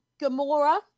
Gamora